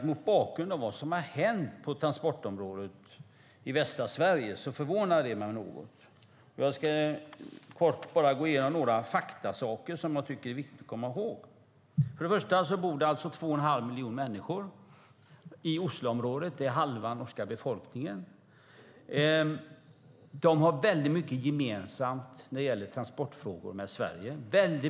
Mot bakgrund av vad som har hänt på transportområdet i västra Sverige förvånar det mig något. Låt mig gå igenom några fakta som det är viktigt att komma ihåg. Till att börja med bor det två och en halv miljon människor i Osloområdet. Det är hälften av den norska befolkningen. De har väldigt mycket gemensamt med Sverige vad gäller transportfrågor.